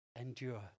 endure